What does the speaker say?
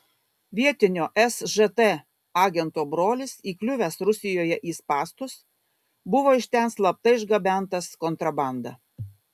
vietinio sžt agento brolis įkliuvęs rusijoje į spąstus buvo iš ten slapta išgabentas kontrabanda